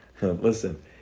Listen